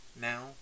now